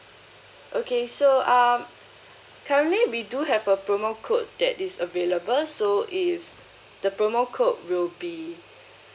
okay so uh currently we do have a promo code that is available so is the promo code will be